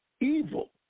evil